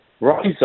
rise